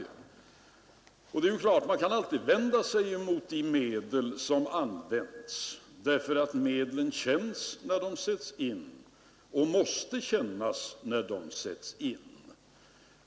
Det är klart att man alltid kan rikta sig mot de medel som används, därför att medlen känns och måste kännas när de sättes in.